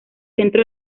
centro